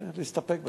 להסתפק בתשובה.